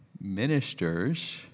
ministers